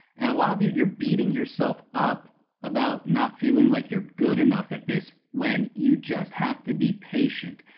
and a lot of you, you're beating yourself up about not feeling like you're good enough at this when you just have to be patient.